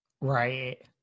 Right